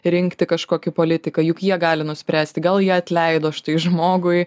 rinkti kažkokį politiką juk jie gali nuspręsti gal jie atleido štai žmogui